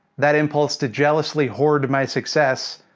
that impulse to jealously hoard my success,